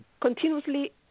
continuously